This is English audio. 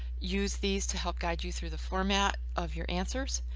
use these to help guide you through the format of your answers.